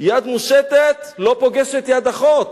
יד מושטת לא פוגשת יד אחות.